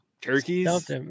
turkeys